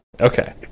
Okay